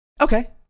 Okay